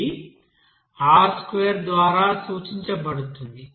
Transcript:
ఇది R2 ద్వారా సూచించబడుతుంది